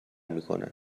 میکنن